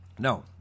No